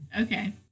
Okay